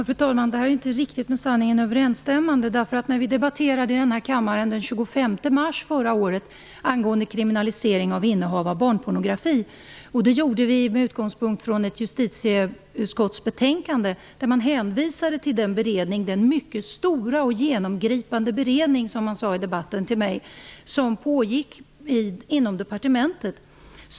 Fru talman! Det här är inte riktigt med sanningen överensstämmande. När vi i kammaren den 25 mars förra året debatterade kriminalisering av innehav av barnpornografi, gjorde vi det med utgångspunkt i ett justitieutskottsbetänkande, där man hänvisade till den beredning -- den mycket stora och genomgripande beredningen, som man sade i debatten -- som pågick inom departementet.